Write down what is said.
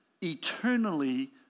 eternally